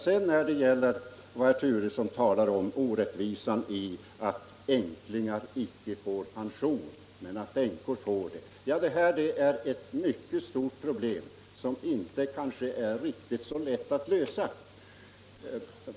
Sedan talar herr Turesson om orättvisan i att änklingar icke får pension men att änkor får det. Ja, detta är ett mycket stort problem, som kanske inte är så lätt att lösa.